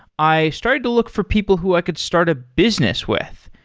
i started to look for people who i could start a business with.